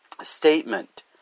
statement